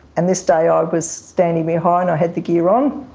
and this day i ah was standing behind, i had the gear on,